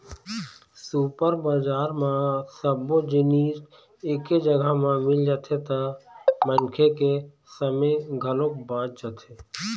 super बजार म सब्बो जिनिस एके जघा म मिल जाथे त मनखे के समे घलोक बाच जाथे